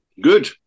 Good